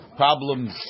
problems